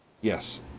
Yes